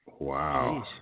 Wow